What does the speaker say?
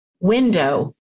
window